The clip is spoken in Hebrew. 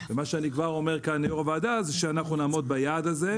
אני כבר אומר כאן ליו"ר הוועדה שאנחנו נעמוד ביעד הזה,